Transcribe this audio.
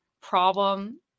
problem